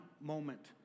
moment